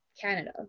Canada